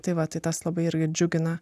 tai va tai tas labai ir džiugina